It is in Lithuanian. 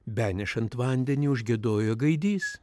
benešant vandenį užgiedojo gaidys